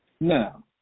Now